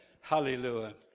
Hallelujah